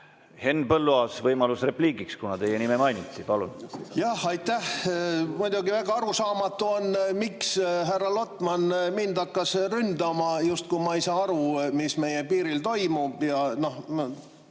Henn Põlluaas, võimalus repliigiks, kuna teie nime mainiti. Palun! Aitäh! Muidugi väga arusaamatu on, miks härra Lotman hakkas mind ründama, justkui ma ei saaks aru, mis meie piiril toimub.